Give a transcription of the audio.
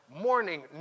morning